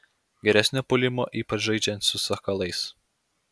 geresnio puolimo ypač žaidžiant su sakalais